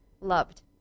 loved